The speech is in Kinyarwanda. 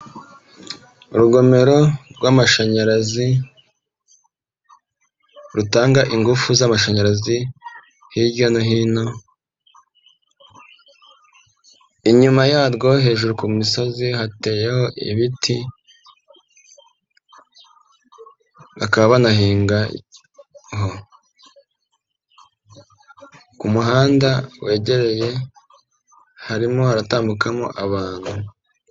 Urugomero rw'amashanyarazi rutanga ingufu z'amashanyarazi hirya no huno, inyuma yarwo hejuru ku misozi hateyeho ibiti bakaba banahinga, ku muhanda wegereye harimo haratambukamo abantu.